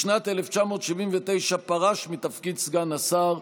בשנת 1979 הוא פרש מתפקיד סגן השר,